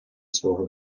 свого